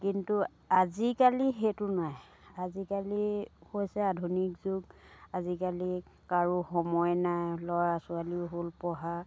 কিন্তু আজিকালি সেইটো নাই আজিকালি হৈছে আধুনিক যুগ আজিকালি কাৰো সময় নাই ল'ৰা ছোৱালীও হ'ল পঢ়া